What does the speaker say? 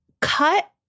cut